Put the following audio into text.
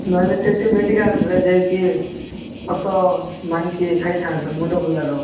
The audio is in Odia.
ନହେଲେ ସେଠି ମେଡିକାଲ୍ରେ ଯାଇକି ଔଷଧ ମାଗିକି ଖାଇଥାନ୍ତ ମୁଣ୍ଡ ବୁଲାର